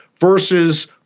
versus